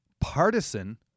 partisan